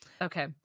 Okay